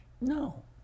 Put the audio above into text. No